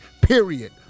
period